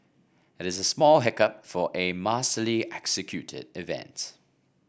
it is a small hiccup for a masterly executed event